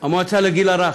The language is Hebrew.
המועצה לגיל הרך,